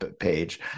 page